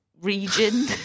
region